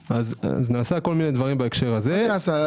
נעשו כל מיני דברים בהקשר הזה.